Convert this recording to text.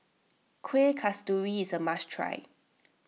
Kuih Kasturi is a must try